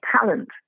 talent